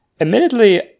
Admittedly